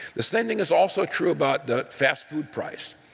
the same thing is also true about the fast food price.